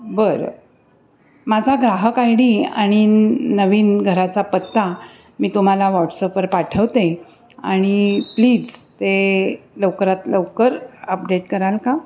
बरं माझा ग्राहक आय डी आणि नवीन घराचा पत्ता मी तुम्हाला व्हॉट्सअपवर पाठवते आणि प्लीज ते लवकरात लवकर अपडेट कराल का